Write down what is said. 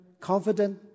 confident